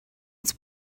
its